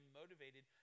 motivated